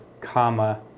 comma